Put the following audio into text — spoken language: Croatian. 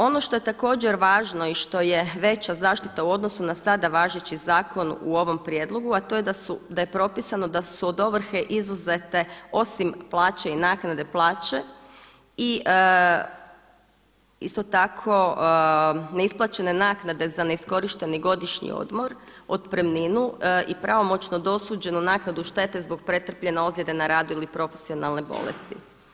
Ono što je također važno i što je veća zaštita u odnosu na sada važeći zakon u ovom prijedlogu, a to je da je propisano da su od ovrhe izuzete osim plaće i naknade plaće i isto tako neisplaćene naknade za neiskorišteni godišnji odmor, otpremninu i pravomoćno dosuđenu naknadu štete zbog pretrpljene ozljede na radu ili profesionalne bolesti.